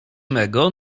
mego